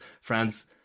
France